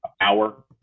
hour